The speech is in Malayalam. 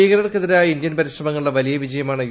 ഭീകരർക്കെതിരായ ഇന്ത്യൻ പ്ടരിശ്രമ്ങ്ങളുടെ വലിയ വിജയമാണ് യു